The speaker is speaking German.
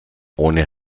ohne